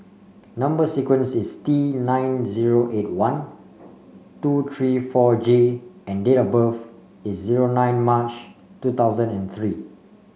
number sequence is T nine zero eight one two three four J and date of birth is zero nine March two thousand and three